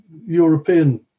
European